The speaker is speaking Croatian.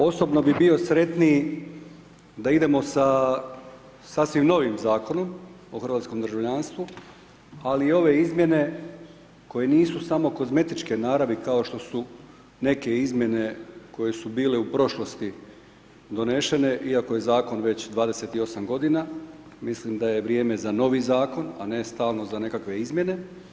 Osobno bi bio sretniji da idemo sa sasvim novim Zakonom o hrvatskom državljanstvu, ali ove izmjene koje nisu samo kozmetičke naravi, kao što su neke izmjene koje su bile u prošlosti donesene, iako je zakon već 28 g. mislim da je vrijeme za novi zakon, a ne stalno za nekakve izmjene.